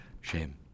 shame